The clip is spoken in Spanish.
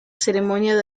ceremonia